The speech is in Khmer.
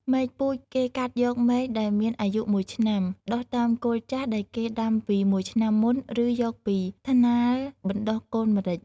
មែកពូជគេកាត់យកមែកដែលមានអាយុ១ឆ្នាំ ដុះតាមគល់ចាស់ដែលគេដាំពី១ឆ្នាំមុនឬយកពីថ្នាលបណ្តុះកូនម្រេច។